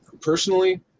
Personally